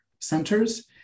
centers